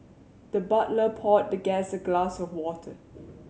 the butler poured the guest a glass of water